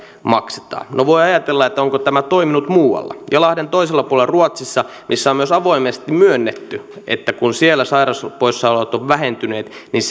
maksetaan no voi ajatella onko tämä toiminut muualla ja lahden toisella puolella ruotsissa missä on myös avoimesti myönnetty että kun siellä sairauspoissaolot ovat vähentyneet niin